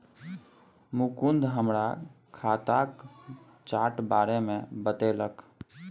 मुकुंद हमरा खाताक चार्ट बारे मे बतेलक